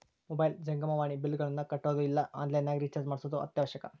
mobile ಜಂಗಮವಾಣಿ ಬಿಲ್ಲ್ಗಳನ್ನ ಕಟ್ಟೊದು ಇಲ್ಲ ಆನ್ಲೈನ್ ನಗ ರಿಚಾರ್ಜ್ ಮಾಡ್ಸೊದು ಅತ್ಯವಶ್ಯಕ